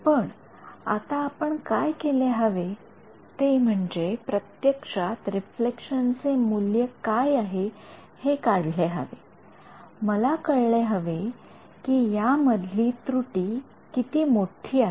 पण आता आपण काय केले हवे ते म्हणजे प्रत्यक्षात रिफ्लेक्शन चे मूल्य काय हे काढले हवे मला कळले हवे कि या मधली त्रुटीचूक किती मोठी आहे